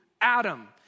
Adam